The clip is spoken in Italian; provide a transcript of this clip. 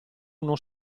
uno